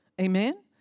Amen